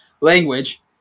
Language